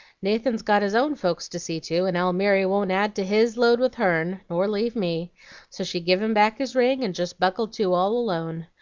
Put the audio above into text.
nathan's got his own folks to see to, and almiry won't add to his load with hern, nor leave me so she give him back his ring, and jest buckled to all alone.